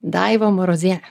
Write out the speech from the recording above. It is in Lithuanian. daiva maroziene